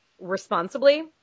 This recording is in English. responsibly